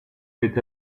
with